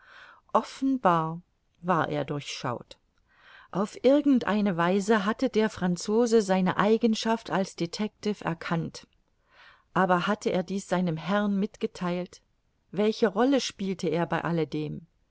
offenbar war er durchschaut auf irgend eine weise hatte der franzose seine eigenschaft als detectiv erkannt aber hatte er dies seinem herrn mitgetheilt welche rolle spielte er bei alledem